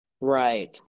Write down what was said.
Right